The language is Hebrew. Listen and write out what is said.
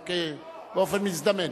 רק באופן מזדמן.